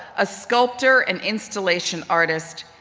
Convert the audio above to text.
a sculptor and installation artist,